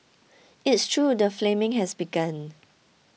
it's true the flaming has begun